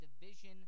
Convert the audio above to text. division